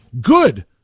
good